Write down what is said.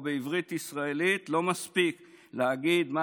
או בעברית ישראלית: לא מספיק להגיד מה